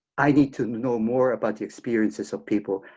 i need to know more about the experiences of people.